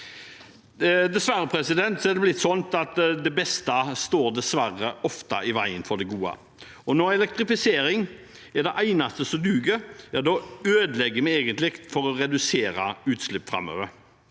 Dessverre er det sånn at det beste dessverre ofte står i veien for det gode. Når elektrifisering er det eneste som duger, ødelegger vi egentlig for å redusere utslipp framover.